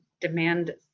demand